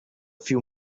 few